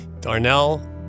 Darnell